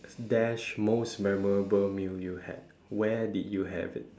dash most memorable meal you had where did you have it